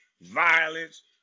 violence